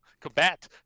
combat